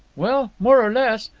well, more or less.